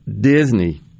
Disney